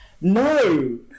no